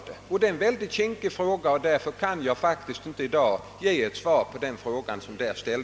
Det är en mycket kinkig fråga, och jag kan som sagt inte ge något svar om Ljusnan och Voxnan.